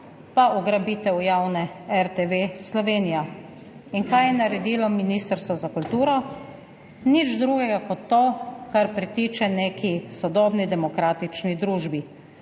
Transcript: pa ugrabitev javne RTV Slovenija. In kaj je naredilo Ministrstvo za kulturo? Nič drugega kot to, kar pritiče neki sodobni demokratični družbi.